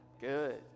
Good